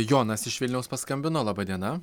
jonas iš vilniaus paskambino laba diena